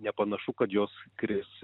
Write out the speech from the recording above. nepanašu kad jos kris